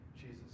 jesus